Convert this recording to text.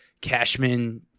Cashman